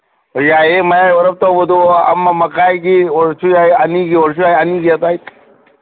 ꯑꯣ ꯌꯥꯏꯌꯦ ꯃꯌꯥꯏ ꯑꯣꯏꯔꯞ ꯇꯧꯕꯗꯨ ꯑꯃ ꯃꯈꯥꯏꯒꯤ ꯑꯣꯏꯔꯁꯨ ꯑꯅꯤꯒꯤ ꯑꯣꯏꯔꯁꯨ ꯌꯥꯏ ꯑꯅꯤꯒꯤ ꯑꯗꯨꯋꯥꯏ